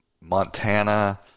Montana